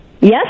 yes